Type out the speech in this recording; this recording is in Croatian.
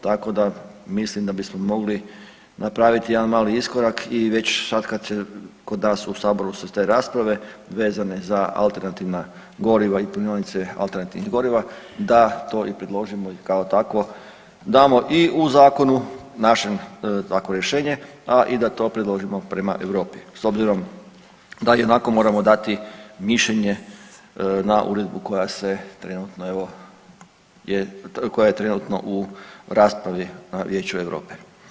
Tako da mislim da bismo mogli napraviti jedan mali iskorak i već sad kad se kod nas u saboru su te rasprave vezane za alternativna goriva i punionice alternativnih goriva da to i predložimo i kao takvo damo i u zakonu našem takvo rješenje, a i da to predložimo prema Europi, s obzirom da i onako moramo dati mišljenje na uredbu koja je trenutno u raspravi u Vijeću Europe.